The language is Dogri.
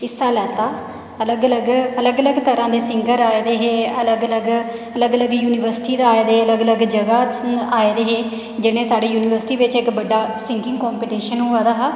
हिस्सा लैता अलग अलग अलग तरह दे सिंगर आए दे हे अलग अलग युनिवर्सिटी दा आए दे हे अलग अलग जगह दा आए दे हे जेह्का साढ़े युनिवर्सिटी बिच इक्क अलग कंपीटिशन होआ दा हा